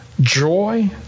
joy